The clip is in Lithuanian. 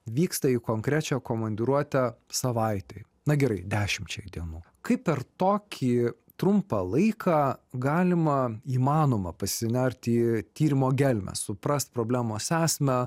vyksta į konkrečią komandiruotę savaitei na gerai dešimčiai dienų kaip per tokį trumpą laiką galima įmanoma pasinerti į tyrimo gelmes suprast problemos esmę